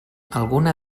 alguna